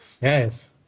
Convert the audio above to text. Yes